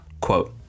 Quote